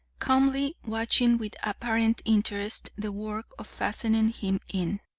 calmly watching with apparent interest the work of fastening him in.